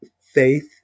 faith